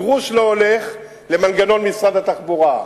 גרוש לא הולך למנגנון משרד התחבורה.